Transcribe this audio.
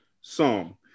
song